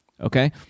okay